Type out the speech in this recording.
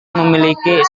memiliki